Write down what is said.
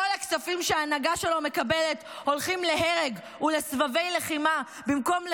כל הכספים שההנהגה שלו מקבלת הולכים להרג ולסבבי לחימה במקום לחינוך,